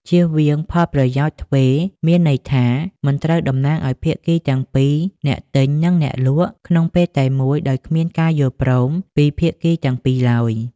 ជៀសវាងផលប្រយោជន៍ទ្វេរ មានន័យថា មិនត្រូវតំណាងឲ្យភាគីទាំងពីរ អ្នកទិញ និងអ្នកលក់ ក្នុងពេលតែមួយដោយគ្មានការយល់ព្រមពីភាគីទាំងពីរឡើយ។